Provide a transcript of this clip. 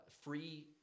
free